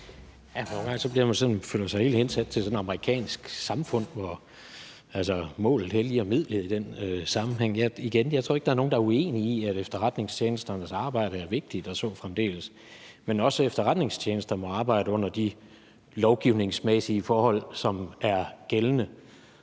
(KD): Man føler sig jo helt hensat til sådan et amerikansk samfund, hvor målet helliger midlet i den sammenhæng. Igen, så tror jeg ikke, at der er nogen, der er uenige i, at efterretningstjenesternes arbejde er vigtigt og så fremdeles. Men også efterretningstjenester må arbejde under de lovgivningsmæssige forhold, som er gældende.